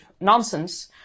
nonsense